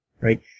right